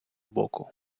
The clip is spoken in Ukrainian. боку